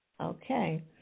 Okay